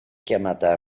chiamata